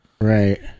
Right